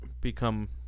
become